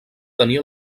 tenir